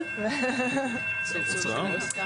הזה.